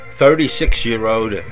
36-year-old